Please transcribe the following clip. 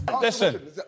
Listen